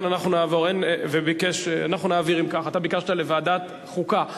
אתה ביקשת לוועדת החוקה.